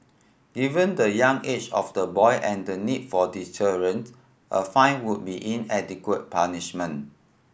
given the young age of the boy and the need for deterrence a fine would be inadequate punishment